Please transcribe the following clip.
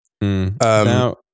Now